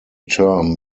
term